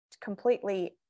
completely